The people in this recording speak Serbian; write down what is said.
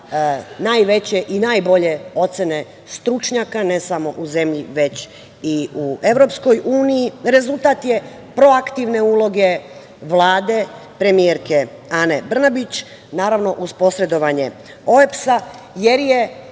najveće i najbolje ocene stručnjaka, ne samo u zemlji već i u EU, rezultat je proaktivne uloge Vlade premijerke Ane Brnabić, naravno uz posredovanje OEBS-a, jer je